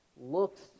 looks